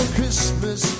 Christmas